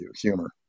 humor